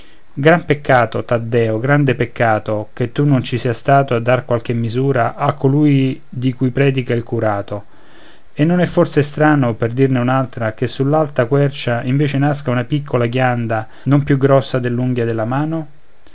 gran peccato taddeo grande peccato che tu non ci sia stato a dar qualche misura a colui di cui predica il curato e non è forse strano per dirne un'altra che sull'alta quercia invece nasca una piccola ghianda non più grossa dell'unghia della mano